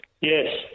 Yes